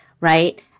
right